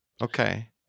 Okay